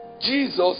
Jesus